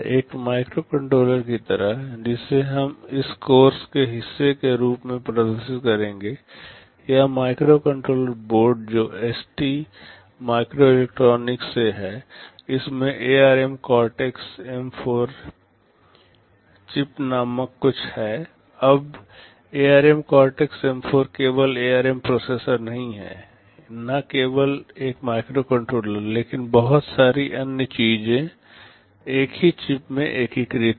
एक माइक्रोकंट्रोलर की तरह जिसे हम इस कोर्स के हिस्से के रूप में प्रदर्शित करेंगे यह माइक्रोकंट्रोलर बोर्ड जो ST माइक्रोइलेक्ट्रॉनिक से है इसमें ARM Cortex M4 चिप नामक कुछ है अब ARM Cortex M4 केवल ARM प्रोसेसर नहीं है न केवल एक माइक्रोकंट्रोलर लेकिन बहुत सारी अन्य चीजें एक ही चिप में एकीकृत हैं